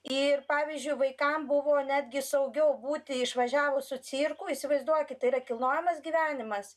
ir pavyzdžiui vaikam buvo netgi saugiau būti išvažiavus su cirku įsivaizduokit yra kilnojamas gyvenimas